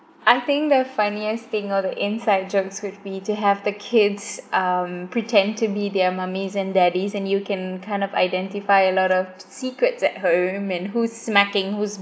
I think the funniest thing or the inside jokes would be to have the kids um pretend to be their mommies and daddies and you can kind of identify a lot of secrets at home and who's smacking whose